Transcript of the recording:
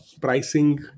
Pricing